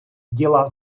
діла